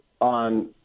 on